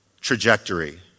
trajectory